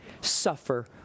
suffer